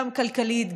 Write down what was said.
גם כלכלית,